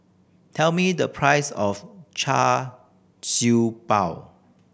tell me the price of Char Siew Bao